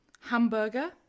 hamburger